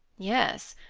yes.